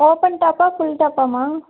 open டாப்பா full டாப்பா மா